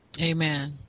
amen